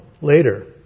later